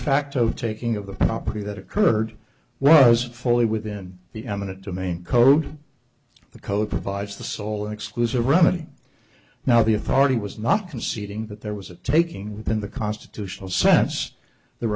facto taking of the property that occurred was fully within the eminent domain code the code provides the sole exclusive remedy now the authority was not conceding that there was a taking within the constitutional sense the